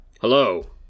Hello